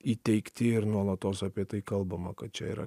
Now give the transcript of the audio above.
įteigti ir nuolatos apie tai kalbama kad čia yra